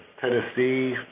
Tennessee